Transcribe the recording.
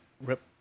Rip